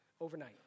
overnight